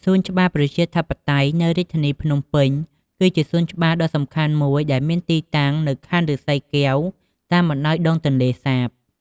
សួនច្បារប្រជាធិបតេយ្យនៅរាជធានីភ្នំពេញ គឺជាសួនច្បារដ៏សំខាន់មួយដែលមានទីតាំងនៅខណ្ឌឫស្សីកែវ តាមបណ្តោយដងទន្លេសាប។